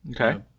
Okay